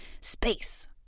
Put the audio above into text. space